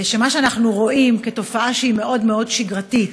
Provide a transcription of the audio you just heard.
שמה שאנחנו רואים כתופעה, שהיא מאוד מאוד שגרתית,